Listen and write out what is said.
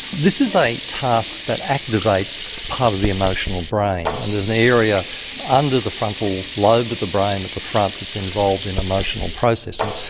this is a task that activates part of the emotional brain and there's an area under the frontal lobe of the brain at the front that's involved in emotional processing.